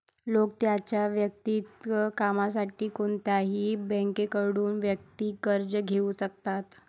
लोक त्यांच्या वैयक्तिक कामासाठी कोणत्याही बँकेकडून वैयक्तिक कर्ज घेऊ शकतात